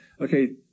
Okay